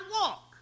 walk